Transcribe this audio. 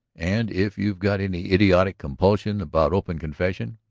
and if you've got any idiotic compulsion about open confession.